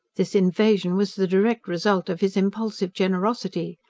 this invasion was the direct result of his impulsive generosity.